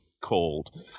called